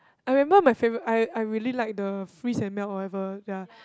I remember my favourite I I really like the freeze and melt whatever ya